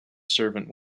servant